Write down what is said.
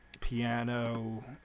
piano